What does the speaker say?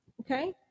Okay